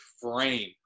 frame